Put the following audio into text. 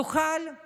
הם יוכלו